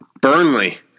Burnley